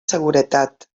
seguretat